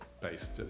based